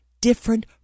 different